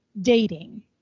dating